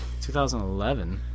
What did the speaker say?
2011